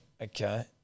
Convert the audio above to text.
Okay